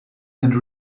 and